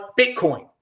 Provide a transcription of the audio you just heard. Bitcoin